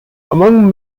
among